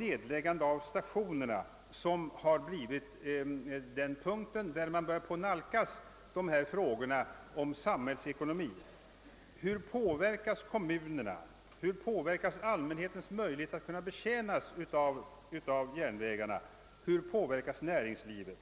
nedläggandet av stationer blivit en punkt där man börjar nalkas dessa frågor om samhällsekonomin. Hur påverkas kommunerna? Hur påverkas möjligheterna att betjäna allmänheten genom järnvägarna? Hur påverkas näringslivet?